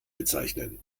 bezeichnen